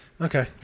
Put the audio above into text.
Okay